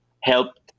helped